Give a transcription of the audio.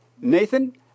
Nathan